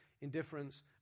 indifference